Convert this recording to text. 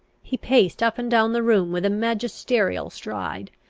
he paced up and down the room with a magisterial stride,